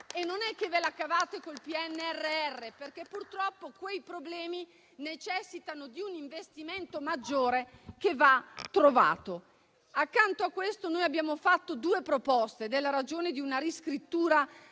Non è che ve la cavate con il PNRR, perché purtroppo quei problemi necessitano di un investimento maggiore, che va trovato. Accanto a questo abbiamo avanzato due proposte ed è la ragione di una riscrittura